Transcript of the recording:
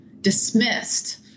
dismissed